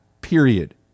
period